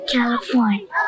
California